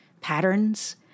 patterns